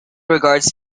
regards